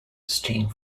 steam